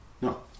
No